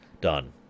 Done